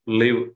live